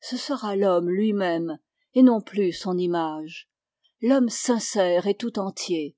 ce sera l'homme lui-même et non plus son image l'homme sincère et tout entier